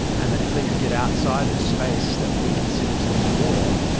and that if they could get outside the space that we consider to be war,